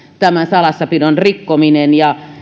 tämä salassapidon rikkominen